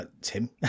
Tim